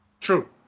True